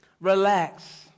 Relax